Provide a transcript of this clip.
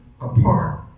apart